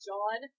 John